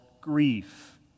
grief